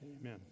Amen